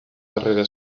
darrera